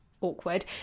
Awkward